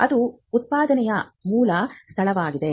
ಅದು ಉತ್ಪಾದನೆಯ ಮೂಲ ಸ್ಥಳವಾಗಿದೆ